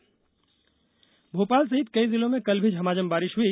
मौसम भोपाल सहित कई जिलों में कल भी झमाझम बारिश हुई